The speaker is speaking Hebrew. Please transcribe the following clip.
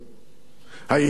ה"יהיה בסדר",